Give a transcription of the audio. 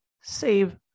save